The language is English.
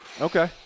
Okay